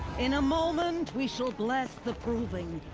in a moment we shall bless the proving.